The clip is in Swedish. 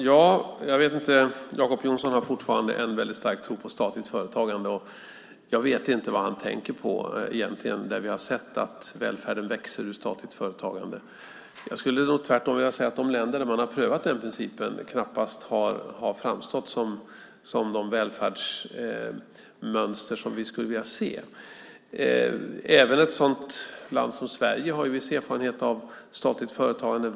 Herr talman! Jacob Johnson har fortfarande en väldigt stark tro på statligt företagande. Jag vet inte vad han tänker på egentligen när vi har sett att välfärden ökat utan statligt företagande. Jag skulle säga tvärtom att de länder där man har prövat den principen har knappast framstått som de välfärdsmönster som vi skulle vilja se. Även ett sådant land som Sverige har viss erfarenhet av statligt företagande.